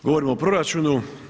Govorimo o proračunu.